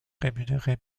rémunérés